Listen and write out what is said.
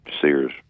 Sears